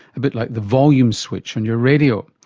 a bit like the volume switch on your radio.